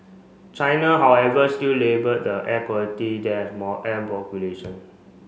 China however still labelled the air quality there as more air population